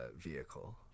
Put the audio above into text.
vehicle